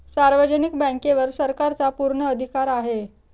सार्वजनिक बँकेवर सरकारचा पूर्ण अधिकार आहे